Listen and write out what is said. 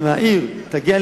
אם העיר תגיע,